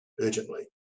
urgently